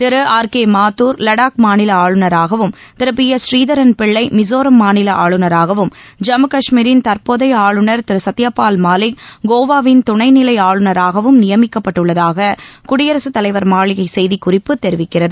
திரு R K Mathur Ladakh மாநில ஆளுராகவும் திரு பி எஸ் ஸ்ரீதரன் பிள்ளை மிசோராம் மாநில ஆளுநராகவும் ஜம்மு கஷ்மீரின் தற்போதைய ஆளுநர் திரு சத்யபால் மாலிக் கோவாவின் துணைநிலை ஆளுநராகவும் நியமிக்கப்பட்டுள்ளதாக குடியரசுத்தலைவர் மாளிகை செய்திக்குறிப்பு தெரிவிக்கிறது